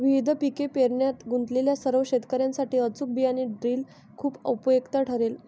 विविध पिके पेरण्यात गुंतलेल्या सर्व शेतकर्यांसाठी अचूक बियाणे ड्रिल खूप उपयुक्त ठरेल